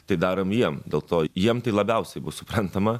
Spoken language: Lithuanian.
tai darom jiem dėl to jiem tai labiausiai bus suprantama